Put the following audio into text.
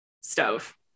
Stove